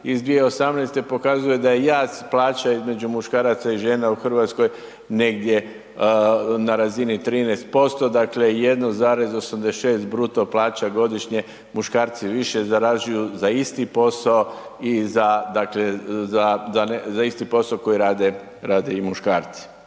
iz 2018. pokazuju da je jaz plaća između muškaraca i žena u Hrvatskoj negdje na razini 13%, dakle 1,86 bruto plaća godišnje muškarci više zarađuju za isti posao i za dakle